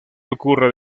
ocurre